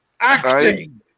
Acting